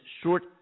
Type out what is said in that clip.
short